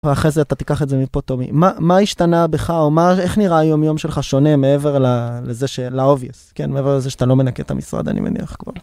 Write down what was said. ואחרי זה אתה תיקח את זה מפה תומי, מה, מה השתנה בך, או איך נראה היום יום שלך שונה מעבר לזה של ה obvious, כן, מעבר לזה שאתה לא מנקה את המשרד אני מניח כבר.